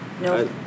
No